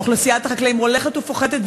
אוכלוסיית החקלאים הולכת ופוחתת,